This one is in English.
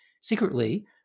secretly